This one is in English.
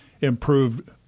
improved